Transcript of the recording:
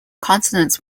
consonants